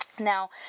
Now